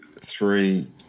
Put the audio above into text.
three